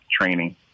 training